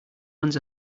runs